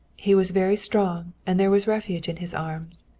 he was very strong, and there was refuge in his arms.